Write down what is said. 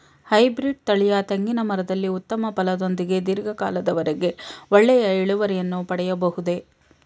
Hybrid ತಳಿಯ ತೆಂಗಿನ ಮರದಲ್ಲಿ ಉತ್ತಮ ಫಲದೊಂದಿಗೆ ಧೀರ್ಘ ಕಾಲದ ವರೆಗೆ ಒಳ್ಳೆಯ ಇಳುವರಿಯನ್ನು ಪಡೆಯಬಹುದೇ?